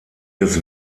des